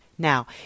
Now